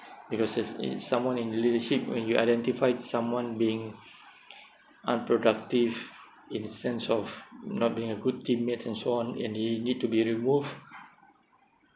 because it's it's someone in leadership when you identify someone being unproductive in the sense of not being a good teammate and so on and they need to be removed